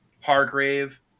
Hargrave